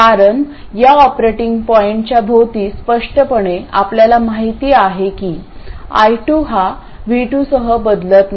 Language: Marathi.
कारण या ऑपरेटिंग पॉईंटच्या भोवती स्पष्टपणे आपल्याला माहित आहे की I2 हा V2 सह बदलत नाही